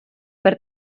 per